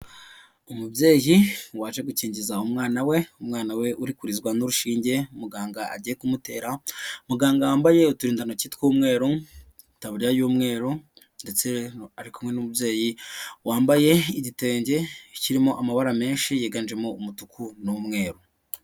Umubyeyi waje gukingiza umwana we umwana we urikurikizwa n'urushinge muganga agiye kumutera muganga wambaye uturindantoki tw'umweru, itaburiya y'umweru ndetse ari kumwe n'umubyeyi wambaye igitenge kirimo amabara menshi yiganjemo umutuku n'umweru.